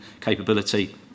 capability